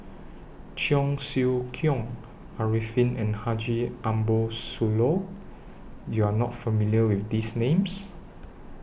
Cheong Siew Keong Arifin and Haji Ambo Sooloh YOU Are not familiar with These Names